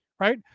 right